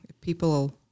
people